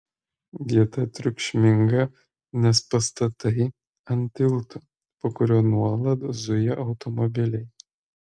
vieta triukšminga nes pastatai ant tilto po kuriuo nuolat zuja automobiliai